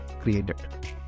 created